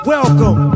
Welcome